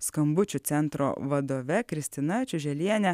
skambučių centro vadove kristina čiuželiene